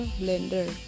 blender